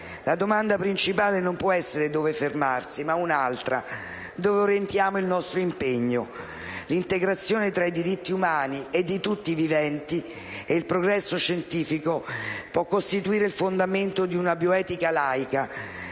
La domanda principale non può essere: dove fermarsi; ma un'altra: dove orientiamo il nostro impegno. L'integrazione fra i diritti umani (e di tutti i viventi) e il progresso scientifico può costituire il fondamento di una bioetica laica,